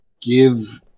give